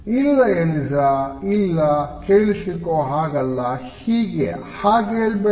ಇಲ್ಲ ಎಲಿಝ ಇಲ್ಲ ಕೇಳಿಸಿಕೋ ಹಾಗಲ್ಲ ಹೀಗೆ ಹಾಗೆ ಹೇಳ್ಬೇಡ